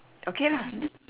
okay lah